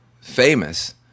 famous